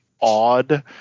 odd